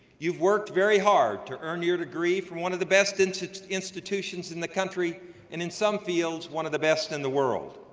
you've worked very hard to earn your degree from one of the best institutions in the country and in some fields one of the best in the world.